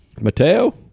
Mateo